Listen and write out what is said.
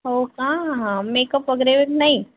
हो का हां मेकअप वगैरे व नाही